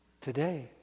today